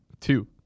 two